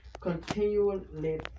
continually